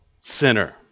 sinner